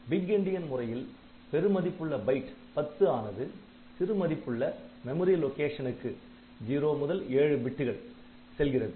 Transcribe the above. big endian முறையில் பெரு மதிப்புள்ள பைட் 10 ஆனது சிறு மதிப்புள்ள மெமரி லொகேஷனுக்கு 0 7 பிட்டுகள் செல்கிறது